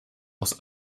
aus